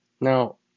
Now